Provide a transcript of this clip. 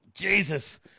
Jesus